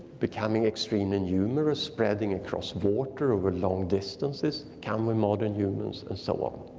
becoming extremely numerous, spreading across water over long distances, countless modern humans and so on.